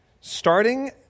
starting